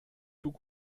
tout